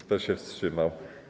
Kto się wstrzymał?